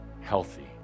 healthy